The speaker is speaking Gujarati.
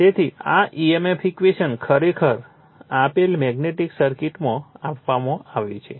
તેથી આ emf ઇક્વેશન ખરેખર આપેલ મેગ્નેટિક સર્કિટમાં આપવામાં આવ્યું છે